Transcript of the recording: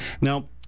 now